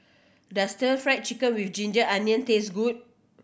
does Stir Fry Chicken with ginger onion taste good